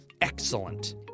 Excellent